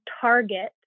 target